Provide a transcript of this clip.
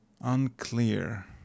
unclear